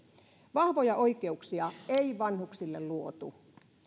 vahvoja oikeuksia ei vanhuksille luotu